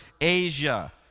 Asia